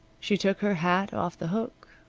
she took her hat off the hook,